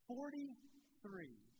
Forty-three